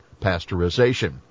pasteurization